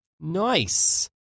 Nice